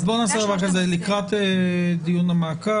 בואי נעשה דבר כזה: לקראת דיון המעקב,